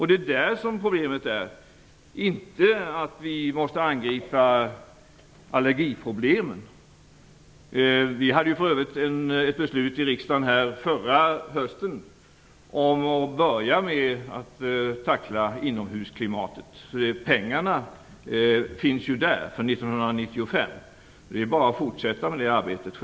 Det är där problemet ligger, inte i att vi behöver angripa allergiproblemen. Riksdagen fattade för övrigt förra hösten ett beslut om att börja att tackla inomhusklimatet. Där finns det pengar för 1995, och det är bara att fortsätta med det arbetet.